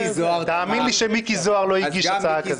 תאמין לי שמיקי זוהר לא הגיש הצעה כזאת.